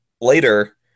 Later